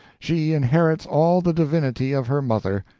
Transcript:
she inherits all the divinity of her mother.